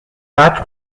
قدر